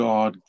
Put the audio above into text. God